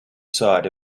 side